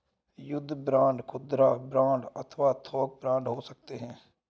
युद्ध बांड खुदरा बांड अथवा थोक बांड हो सकते हैं